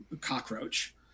cockroach